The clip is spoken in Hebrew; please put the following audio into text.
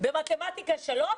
במתמטיקה שלוש,